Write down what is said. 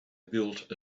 built